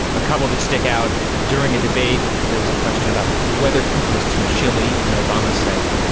ah couple that stick out during a debate there was a question about whether clinton was too chilly, and obama said,